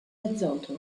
azoto